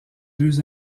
deux